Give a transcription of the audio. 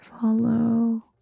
follow